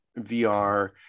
VR